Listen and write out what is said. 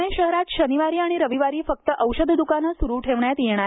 प्णे शहरांत शनिवारी आणि रविवारी फक्त औषध दुकानं सुरू ठेवण्यात येणार आहेत